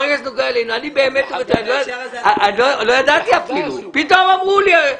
לא ידעתי אבל פתאום אמרו לי.